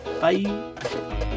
Bye